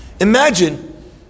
Imagine